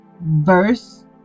verse